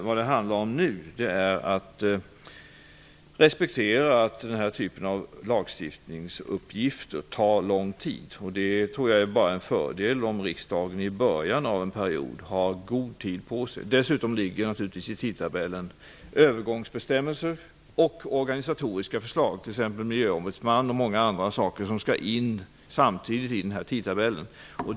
Nu handlar det om att respektera att den här typen av lagstiftningsuppgifter tar lång tid. Jag tror att det bara är en fördel om riksdagen har god tid på sig i början av en period. Dessutom ingår det övergångsbestämmelser och organisatoriska förslag i tidtabellen. Det gäller t.ex. ett förslag om en miljöombudsman och många andra saker som samtidigt skall in i tidtabellen.